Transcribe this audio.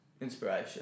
inspiration